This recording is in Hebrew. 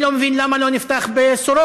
אני לא מבין למה לא נפתח בסורוקה,